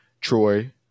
Troy